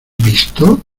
visto